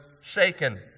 shaken